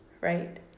right